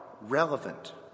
relevant